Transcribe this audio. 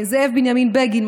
זאב בנימין בגין,